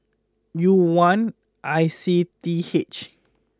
U one I C T H